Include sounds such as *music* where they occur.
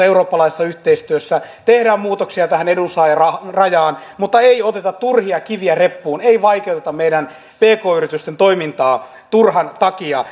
*unintelligible* eurooppalaisessa yhteistyössä tehdään muutoksia tähän edunsaajarajaan mutta ei oteta turhia kiviä reppuun ei vaikeuteta meidän pk yritystemme toimintaa turhan takia *unintelligible*